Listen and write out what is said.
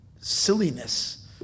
silliness